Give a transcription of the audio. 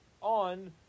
on